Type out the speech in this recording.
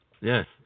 yes